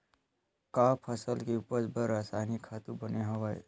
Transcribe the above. का फसल के उपज बर रासायनिक खातु बने हवय?